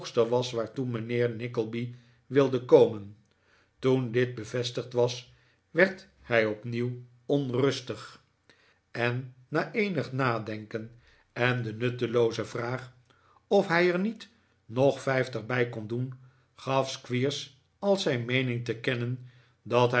was waartoe mijnheer nickleby wilde komen toen dit bevestigd was werd hij opnieuw onrustig en na eenig nadenken en de nuttelooze vraag of hij er niet nog vijftig bij kon doen gaf squeers als zijn meening te kennen dat